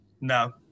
No